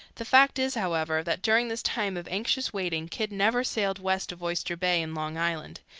the fact is, however, that during this time of anxious waiting kidd never sailed west of oyster bay in long island.